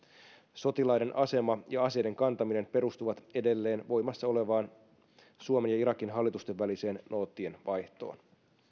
sotilaiden asema ja aseiden kantaminen perustuvat edelleen voimassa olevaan suomen ja irakin hallitusten väliseen noottienvaihtoon